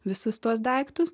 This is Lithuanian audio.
visus tuos daiktus